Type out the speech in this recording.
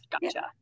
Gotcha